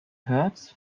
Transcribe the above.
hurts